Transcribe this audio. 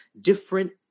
Different